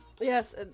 Yes